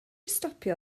stopio